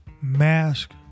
mask